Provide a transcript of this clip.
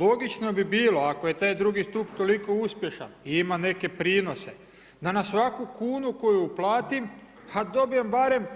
Logično bi bilo ako je taj II. stup toliko uspješan i ima neke prinose da na svaku kunu koju uplatim dobijem barem